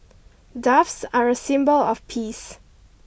doves are a symbol of peace